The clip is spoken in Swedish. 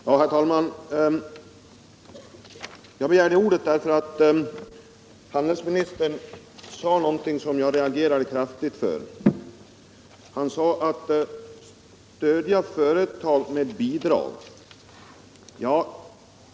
Herr talman! Jag begärde ordet därför att handelsministern sade någonting som jag reagerade kraftigt emot. Han talade om att stödja företag med bidrag.